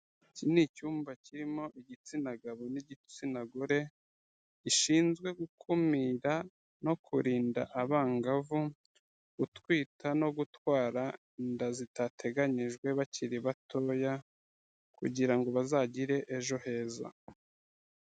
Iki ni icyumba kirimo igitsina gabo n'igitsina gore, gishinzwe gukumira no kurinda abangavu gutwita no gutwara inda zidateganijwe bakiri batoya kugira ngo bazagire ejo heza.